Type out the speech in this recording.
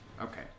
okay